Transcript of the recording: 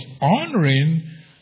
honoring